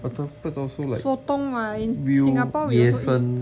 octopus also like will 野生